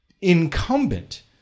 incumbent